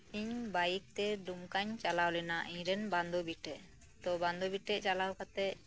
ᱤᱧ ᱵᱟᱭᱤᱠ ᱛᱮ ᱰᱩᱢᱠᱟᱧ ᱪᱟᱞᱟᱣ ᱞᱮᱱᱟ ᱤᱧ ᱨᱮᱱ ᱵᱟᱱᱫᱷᱚᱵᱤ ᱴᱷᱮᱡ ᱛᱚ ᱵᱟᱱᱫᱷᱚᱵᱤ ᱴᱷᱮᱡ ᱪᱟᱞᱟᱣ ᱠᱟᱛᱮᱫ